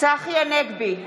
צחי הנגבי,